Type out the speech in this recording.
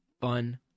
fun